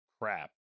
crap